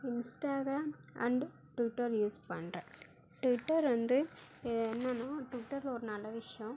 Instagram and Twitter use பண்றேன் Twitter வந்து என்னான்னால் டுட்டரில் ஒரு விஷயோம்